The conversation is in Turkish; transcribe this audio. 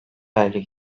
hale